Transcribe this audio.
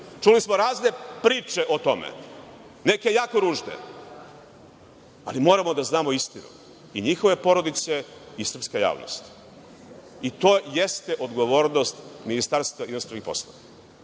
Čuli smo razne priče o tome, neke jako ružne, ali moramo da znamo istinu, i njihove porodice i srpska javnost. To jeste odgovornost Ministarstva inostranih poslova.